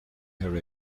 her